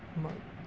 ਮ